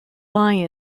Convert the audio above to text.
lie